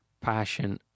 passion